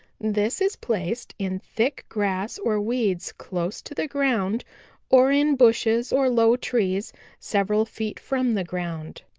this is placed in thick grass or weeds close to the ground or in bushes or low trees several feet from the ground.